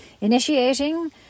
Initiating